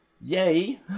yay